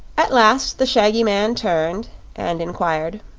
at last the shaggy man turned and inquired,